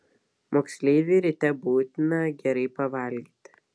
moksleiviui ryte būtina gerai pavalgyti